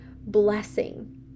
blessing